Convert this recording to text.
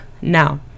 now